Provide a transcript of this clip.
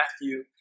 Matthew